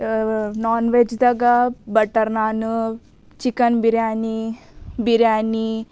ನಾನ್ ವೆಜ್ದಾಗ butter naan chicken biryani biryani